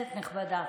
כנסת נכבדה,